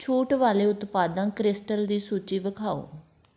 ਛੂਟ ਵਾਲੇ ਉਤਪਾਦਾਂ ਕ੍ਰਿਸਟਲ ਦੀ ਸੂਚੀ ਵਿਖਾਓ